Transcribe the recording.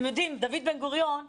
דוד בן גוריון אמר,